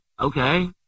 Okay